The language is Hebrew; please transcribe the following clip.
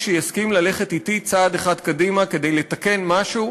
שיסכים ללכת אתי צעד אחד קדימה כדי לתקן משהו,